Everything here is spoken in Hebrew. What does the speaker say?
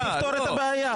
תפתור את הבעיה.